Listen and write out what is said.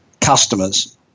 customers